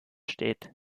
steht